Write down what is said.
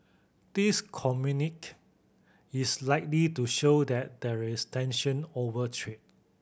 this communique is likely to show that there is tension over trade